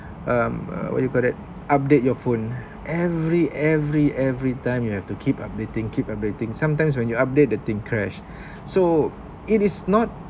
um uh what you call that update your phone every every every time you have to keep updating keep updating sometimes when you update the thing crash so it is not